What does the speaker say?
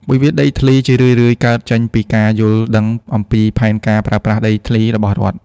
វិវាទដីធ្លីជារឿយៗកើតចេញពីការមិនយល់ដឹង អំពី "ផែនការប្រើប្រាស់ដីធ្លី" របស់រដ្ឋ។